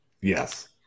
Yes